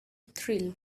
thrill